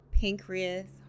pancreas